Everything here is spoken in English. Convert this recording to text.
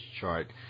chart